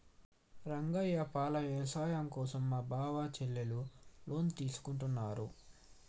రంగయ్య పాల వ్యాపారం కోసం మా బావ చెల్లెలు లోన్ తీసుకుంటున్నారు